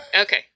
Okay